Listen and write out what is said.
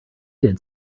did